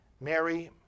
Mary